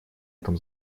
этом